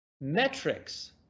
metrics